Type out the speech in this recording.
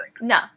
No